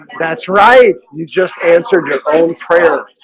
that's right, you just answered your own prayer